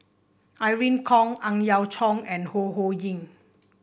Irene Khong Ang Yau Choon and Ho Ho Ying